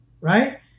Right